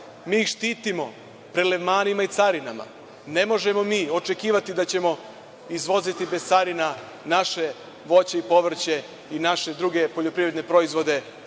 Mi ih štitimo prelevmarima i carinama. Ne možemo mi očekivati da ćemo izvoziti bez carina naše voće i povrće i naše druge poljoprivredne proizvode